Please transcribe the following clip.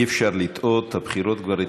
אי-אפשר לטעות, הבחירות כבר התחילו.